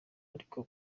ariko